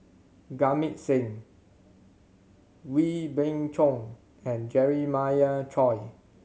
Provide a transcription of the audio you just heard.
Jamit Singh Wee Beng Chong and Jeremiah Choy